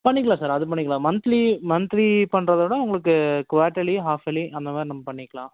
பண்ணிக்கலாம் சார் அது பண்ணிக்கலாம் மந்த்லி மந்த்லி பண்ணுறத விட உங்களுக்கு குவார்ட்டர்லி ஹாஃபெலி அந்த மாதிரி நம்ம பண்ணிக்கலாம்